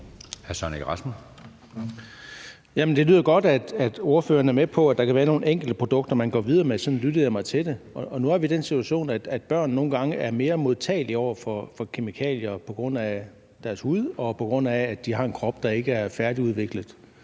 det lyder godt, at ordføreren er med på, at der kan være nogle enkelte produkter, man går videre med. Det var det, jeg lyttede mig frem til. Og nu er vi i den situation, at børn nogle gange er mere modtagelige over for kemikalier på grund af deres hud, og på grund af at de har en krop, der ikke er færdigudviklet.